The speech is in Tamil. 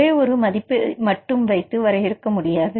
ஒரே ஒரு மதிப்பை மட்டும் வைத்து வரையறுக்க முடியாது